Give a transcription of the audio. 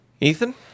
Ethan